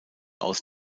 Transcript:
aus